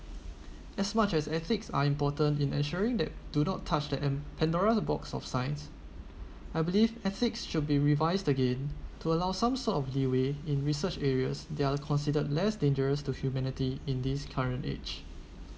as much as ethics are important in ensuring that do not touch the um pandora's box of science I believe ethics should be revised again to allow some sort of leeway in research areas they are considered less dangerous to humanity in this current age